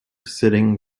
sitting